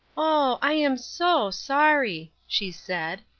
oh, i am so sorry! she said,